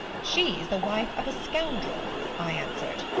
she's the wife of a scoundrel i answered.